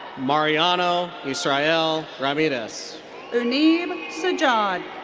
mariano israel ramirez uneeb sajjad.